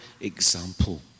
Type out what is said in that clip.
example